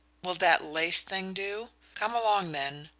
will that lace thing do? come along, then.